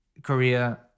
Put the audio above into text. Korea